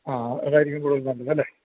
ആ അതായിരിക്കും കൂടുതൽ നല്ലതല്ലേ